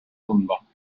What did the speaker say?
tundma